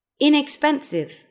inexpensive